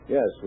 Yes